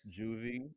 Juvie